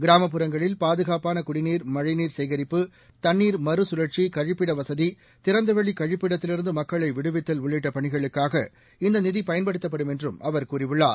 கிராமப்புறங்களில் பாதுகாப்பானகுடிநீர் மழைநீர் சேகரிப்பு தண்ணீர் மறுகழற்சி கழிப்பிடவசதி திறந்தவெளிக் கழிப்பிடத்திலிருந்துமக்களைவிடுவித்தல் உள்ளிட்டபணிகளுக்காக இந்தநிதிபயன்படுத்தப்படும் என்றும் அவர் கூறியுள்ளார்